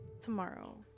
Tomorrow